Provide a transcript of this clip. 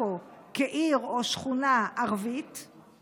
גם אני מכיר את זה, אני מכיר את זה מהמקום